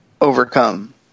overcome